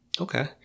Okay